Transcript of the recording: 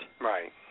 Right